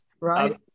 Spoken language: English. Right